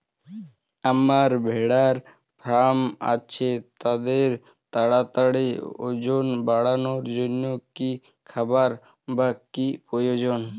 আমার ভেড়ার ফার্ম আছে তাদের তাড়াতাড়ি ওজন বাড়ানোর জন্য কী খাবার বা কী প্রয়োজন?